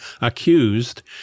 accused